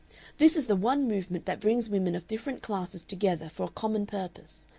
this is the one movement that brings women of different classes together for a common purpose.